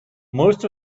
most